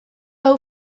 hau